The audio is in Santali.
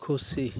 ᱠᱷᱩᱥᱤ